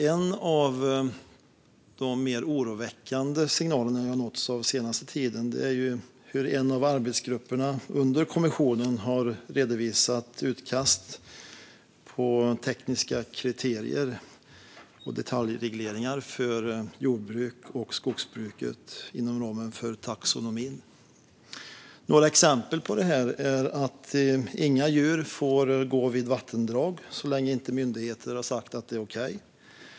En av de mer oroväckande signaler som jag nåtts av den senaste tiden är hur en av kommissionens arbetsgrupper har redovisat utkast om tekniska kriterier och detaljregleringar för jord och skogsbruket inom ramen för taxonomin. Några exempel på detta är att inga djur får gå vid vattendrag så länge inte myndigheter har sagt att det är okej.